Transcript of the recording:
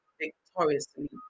victoriously